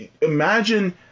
Imagine